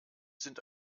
sind